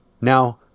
Now